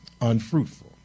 unfruitful